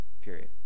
period